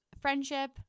friendship